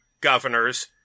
governors